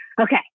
okay